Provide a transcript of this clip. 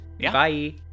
Bye